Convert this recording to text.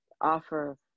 offer